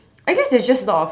I guess there's just a lot of